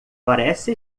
parece